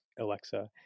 Alexa